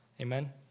amen